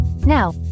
now